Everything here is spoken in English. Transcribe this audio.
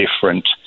different